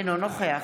אינו נוכח